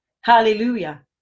Hallelujah